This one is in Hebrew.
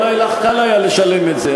אולי לך היה קל לשלם את זה.